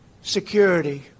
security